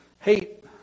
hate